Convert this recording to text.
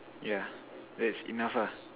yeah that's enough ah